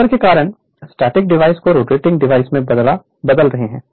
अंतर के कारण स्टैटिक डिवाइस को रोटेटिंग डिवाइस में बदल रहा है